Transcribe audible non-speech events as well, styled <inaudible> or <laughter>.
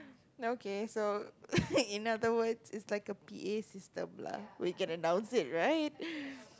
okay so <laughs> in other words it's like a P_A system lah we can announce it right